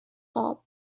قاب